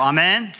Amen